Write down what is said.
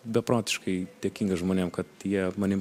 beprotiškai dėkingas žmonėm kad jie manim